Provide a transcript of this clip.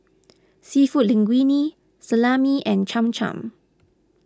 Seafood Linguine Salami and Cham Cham